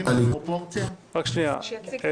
שכן זה